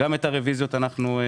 הצבענו.